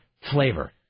flavor